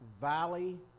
valley